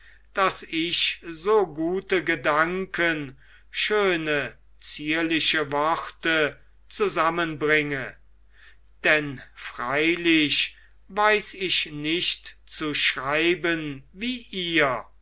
daß ich so gute gedanken schöne zierliche worte zusammenbringe denn freilich weiß ich nicht zu schreiben wie ihr